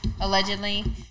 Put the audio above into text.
allegedly